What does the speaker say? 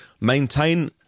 maintain